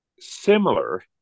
similar